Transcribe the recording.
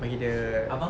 bagi dia